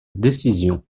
décision